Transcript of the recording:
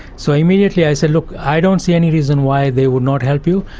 so immediately i said, look, i don't see any reason why they would not help you.